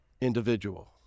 individual